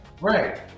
Right